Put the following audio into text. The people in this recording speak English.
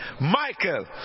Michael